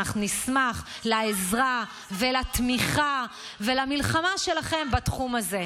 אנחנו נשמח לעזרה ולתמיכה ולמלחמה שלכם בתחום הזה.